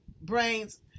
brains